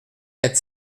quatre